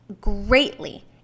greatly